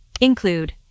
Include